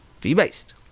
Fee-based